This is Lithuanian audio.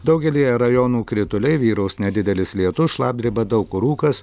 daugelyje rajonų krituliai vyraus nedidelis lietus šlapdriba daug kur rūkas